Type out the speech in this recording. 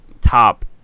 top